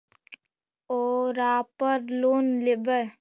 ओरापर लोन लेवै?